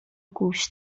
گوش